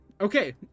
Okay